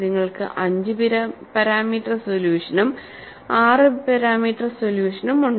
നിങ്ങൾക്ക് 5 പാരാമീറ്റർ സൊല്യൂഷനും 6 പാരാമീറ്റർ സൊല്യൂഷനും ഉണ്ട്